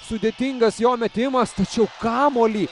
sudėtingas jo metimas tačiau kamuolį